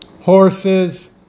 horses